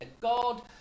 God